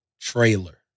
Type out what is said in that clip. trailer